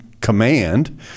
command